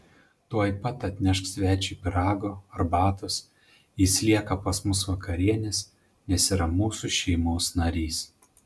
tuoj pat atnešk svečiui pyrago arbatos jis lieka pas mus vakarienės nes yra mūsų šeimos narys